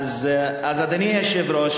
אדוני היושב-ראש,